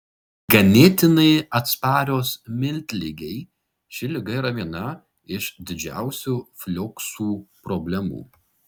ganėtinai atsparios miltligei ši liga yra viena iš didžiausių flioksų problemų